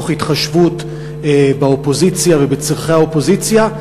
תוך התחשבות באופוזיציה ובצורכי האופוזיציה,